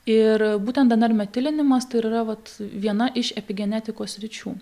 ir būtent dnr metilinimas tai ir yra vat viena iš epigenetikos sričių